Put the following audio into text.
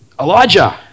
Elijah